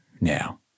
now